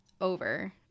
over